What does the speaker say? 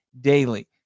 daily